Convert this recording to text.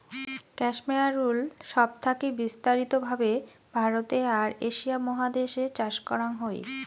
cashmere wool সব থাকি বিস্তারিত ভাবে ভারতে আর এশিয়া মহাদেশ এ চাষ করাং হই